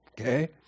okay